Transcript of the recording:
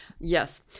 Yes